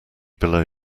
below